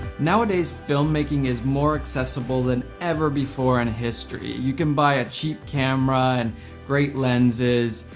nowadays, filmmaking is more accessible than ever before in history. you can buy a cheap camera and great lenses,